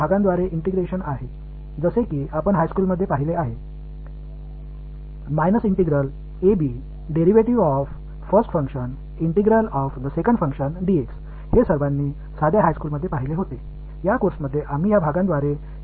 minus integral ab முதல் function derivative integral இரண்டாவது functions dx இது உயர்நிலைப் பள்ளியில் எல்லோரும் பார்த்தது